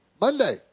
Monday